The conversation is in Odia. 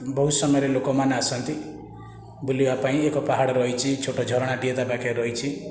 ବହୁତ ସମୟରେ ଲୋକମାନେ ଆସନ୍ତି ବୁଲିବା ପାଇଁ ଏକ ପାହାଡ଼ ରହିଛି ଛୋଟ ଝରଣାଟିଏ ତା ପାଖରେ ରହିଛି